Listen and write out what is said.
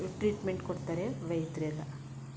treatment ಕೊಡ್ತಾರೆ ವೈದ್ಯರೆಲ್ಲ